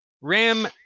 Ram